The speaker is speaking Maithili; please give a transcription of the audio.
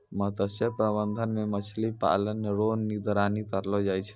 मत्स्य प्रबंधन मे मछली पालन रो निगरानी करलो जाय छै